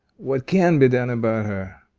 what can be done about her?